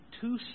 two